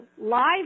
live